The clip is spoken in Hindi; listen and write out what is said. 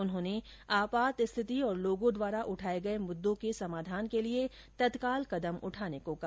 उन्होंने आपात स्थिति और लोगों द्वारा उठाये गये मुद्दों के समाधान के लिए तत्काल कदम उठाने को कहा